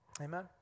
Amen